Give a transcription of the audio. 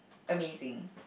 amazing